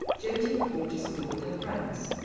jyoti would walk to school with her friends.